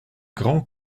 grand